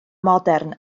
modern